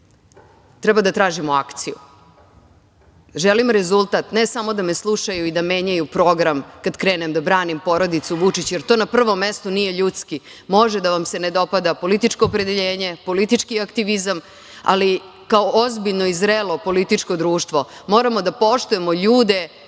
treba da tražimo akciju. Želim rezultat, ne samo da me slušaju i da menjaju program, kad krenem da branim porodicu Vučić, jer to na prvom mestu, nije ljudski, može da vam se ne dopada političko opredeljenje, politički aktivizam, ali kao ozbiljno i zrelo političko društvo, moramo da poštujemo ljude